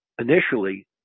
initially